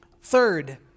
Third